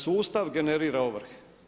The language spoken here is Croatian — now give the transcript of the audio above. Sustav generira ovrhe.